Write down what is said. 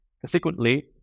Consequently